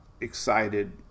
excited